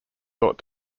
thought